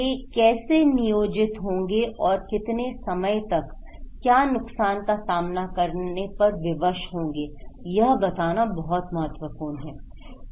वे कैसे नियोजित होंगे और कितने समय तक क्या नुकसान का सामना करने पर विवश होंगे यह बताना बहुत महत्वपूर्ण है